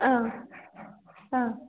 ಆಂ ಹಾಂ